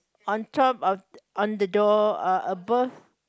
on top of on the door uh above